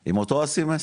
עם אותו אסי מסי,